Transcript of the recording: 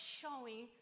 showing